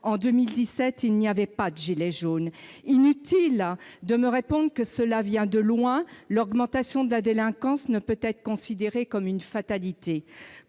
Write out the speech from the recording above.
en 2017 il n'y avait pas de gilet jaune inutile la demeure répond que cela vient de loin, l'augmentation de la délinquance ne peut être considérée comme une fatalité,